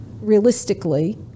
realistically